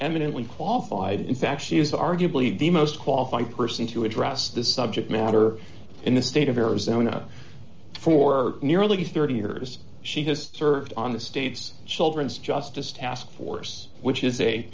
eminently qualified in fact she is arguably the most qualified person to address this subject matter in the state of arizona for nearly thirty years she has served on the state's children's justice task force which is a